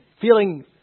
Feeling